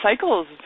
cycles